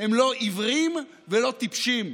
אם לא עיוורים ולא טיפשים.